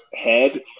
head